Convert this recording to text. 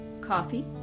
Coffee